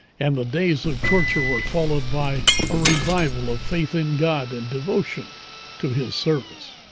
and the days of torture were followed by a revival of faith in god, and devotion to his service.